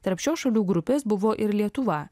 tarp šios šalių grupės buvo ir lietuva